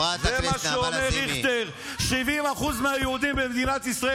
אתה קראת את הספרים